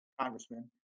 congressman